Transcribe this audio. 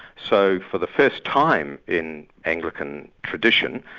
so for the first time in anglican tradition,